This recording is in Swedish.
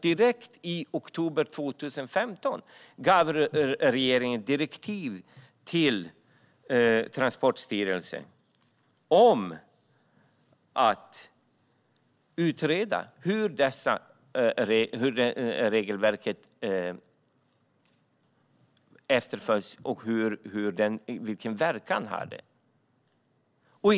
Direkt i oktober 2015 gav regeringen ett direktiv till Transportstyrelsen att utreda hur detta regelverk efterföljs och vilken verkan det har.